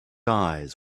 eyes